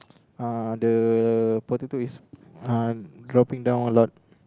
uh the potato is uh dropping down a lot